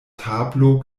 tablo